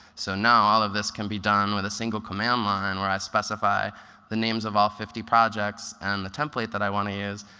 so now all of this can be done with a single command line where i specify the names of all fifty projects and the template that i want to use,